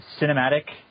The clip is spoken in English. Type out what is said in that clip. cinematic